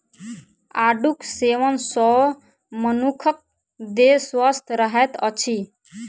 आड़ूक सेवन सॅ मनुखक देह स्वस्थ रहैत अछि